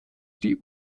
die